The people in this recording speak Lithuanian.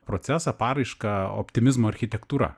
procesą paraišką optimizmo architektūra